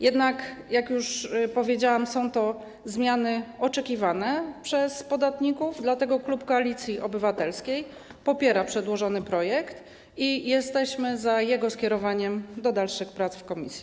Jednak, jak już powiedziałam, są to zmiany oczekiwane przez podatników, dlatego klub Koalicji Obywatelskiej popiera przedłożony projekt i jesteśmy za jego skierowaniem do dalszych prac w komisji.